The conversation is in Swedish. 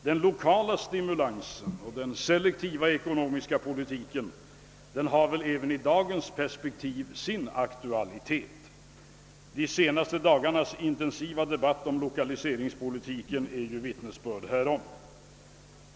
Den lokala stimulansen och den selektiva ekonomiska politiken har väl även i dagens perspektiv sin aktualitet — de senaste dagarnas intensiva debatt om 1o kaliseringspolitiken är vittnesbörd härom.